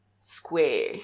square